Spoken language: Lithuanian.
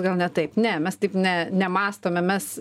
gal ne taip ne mes taip ne nemąstome mes